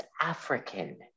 African